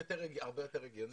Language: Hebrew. הרבה יותר הגיוני.